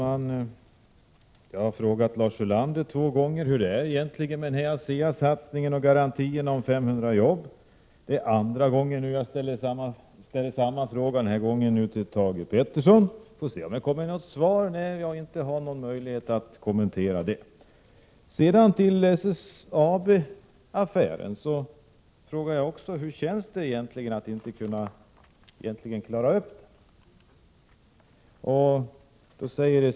Herr talman! Jag har två gånger frågat Lars Ulander hur det förhåller sig med ASEA-satsningen och garantierna om 500 jobb. Jag ställer nu samma fråga till Thage G Peterson. Få se om jag får något svar när jag nu inte har någon möjlighet att kommentera det. Sedan vill jag fråga hur det känns att egentligen inte kunna klara SSAB-affären.